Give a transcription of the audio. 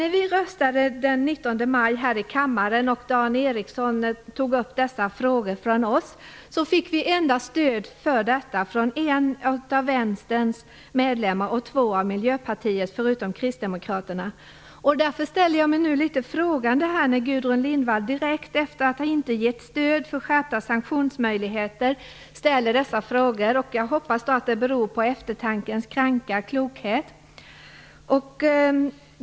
När vi röstade den 19 maj här i kammaren och Dan Ericsson tog upp dessa frågor från vår sida, fick vi endast stöd från en av Vänsterns och två av Miljöpartiets ledamöter, förutom kristdemokraterna. Därför ställer jag mig nu litet frågande när Gudrun Lindvall, efter att inte ha gett stöd för skärpta sanktionsmöjligheter, ställer dessa frågor. Jag hoppas då att det beror på eftertankens kranka blekhet.